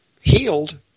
healed